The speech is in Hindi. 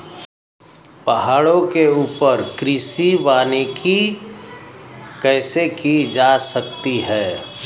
पहाड़ों के ऊपर कृषि वानिकी कैसे की जा सकती है